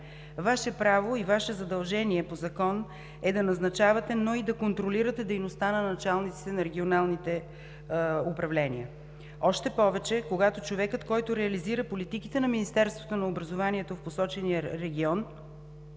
Ваше право и Ваше задължение по закон е да назначавате, но и да контролирате дейността на началниците на регионалните управления. Още повече, когато човекът, който реализира политиките на Министерството на образованието и науката в посочения регион,